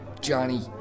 Johnny